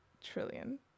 trillion